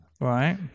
Right